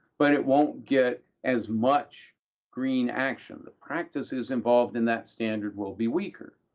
but it won't get as much green action. the practices involved in that standard will be weaker,